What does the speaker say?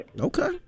Okay